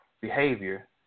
Behavior